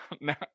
Now